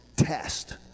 test